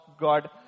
God